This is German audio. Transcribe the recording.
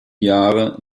jahre